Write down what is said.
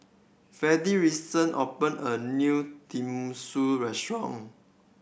Freddy recent opened a new Tenmusu Restaurant